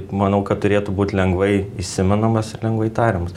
manau kad turėtų būt lengvai įsimenamas ir lengvai tariamas